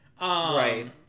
Right